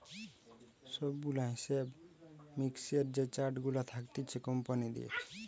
সব গুলা হিসাব মিক্সের যে চার্ট গুলা থাকতিছে কোম্পানিদের